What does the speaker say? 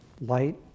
Light